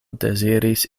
deziris